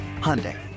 Hyundai